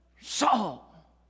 Saul